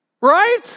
right